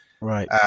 Right